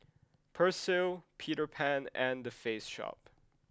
Persil Peter Pan and The Face Shop